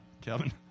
Kevin